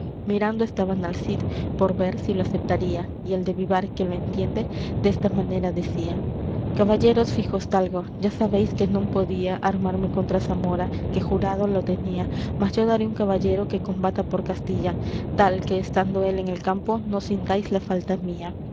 mirando estaban al cid por ver si lo aceptaría y el de vivar que lo entiende desta manera decía caballeros fijosdalgo ya sabéis que non podía armarme contra zamora que jurado lo tenía mas yo daré un caballero que combata por castilla tal que estando él en el campo no sintáis la falta mía